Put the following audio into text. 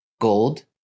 gold